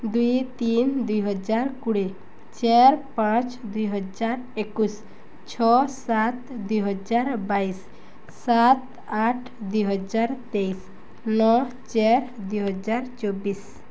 ଦୁଇ ତିନି ଦୁଇ ହଜାର କୋଡ଼ିଏ ଚାରି ପାଞ୍ଚ ଦୁଇ ହଜାର ଏକୋଇଶ ଛଅ ସାତ ଦୁଇ ହଜାର ବାଇଶ ସାତ ଆଠ ଦୁଇ ହଜାର ତେଇଶ ନଅ ଚାରି ଦୁଇ ହଜାର ଚବିଶ